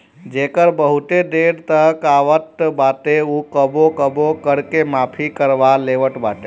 जेकर बहुते ढेर कर आवत बाटे उ कबो कबो कर के माफ़ भी करवा लेवत बाटे